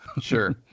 Sure